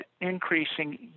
increasing